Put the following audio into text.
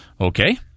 Okay